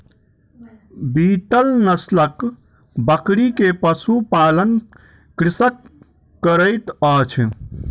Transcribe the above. बीतल नस्लक बकरी के पशु पालन कृषक करैत अछि